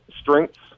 strengths